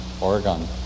Oregon